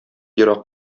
ерак